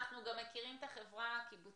אנחנו גם מכירים את החברה הקיבוצית.